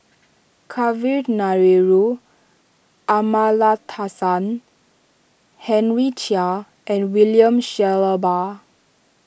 Kavignareru Amallathasan Henry Chia and William Shellabear